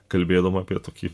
kalbėdom apie tokį